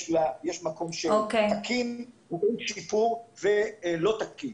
יש מקום תקין, טעון שיפור, ולא תקין.